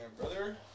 brother